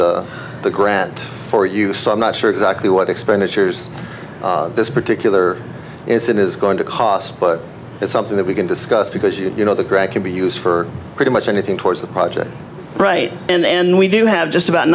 the the grant for you so i'm not sure exactly what expenditures this particular is that is going to cost but it's something that we can discuss because you know the ground can be used for pretty much anything towards a project right and we do have just about